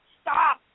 stop